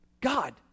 God